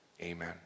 Amen